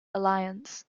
alliance